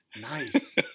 Nice